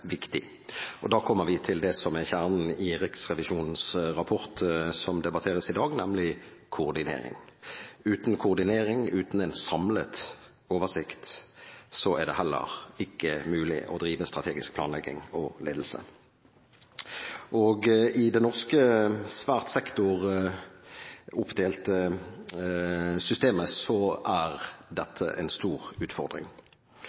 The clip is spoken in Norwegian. viktig. Og da kommer vi til det som er kjernen i Riksrevisjonens rapport, som debatteres i dag, nemlig koordinering. Uten koordinering og uten en samlet oversikt er det heller ikke mulig å drive strategisk planlegging og ledelse. I det norske, svært sektoroppdelte systemet er